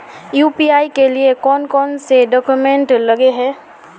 UPI के लिए कौन कौन से डॉक्यूमेंट लगे है?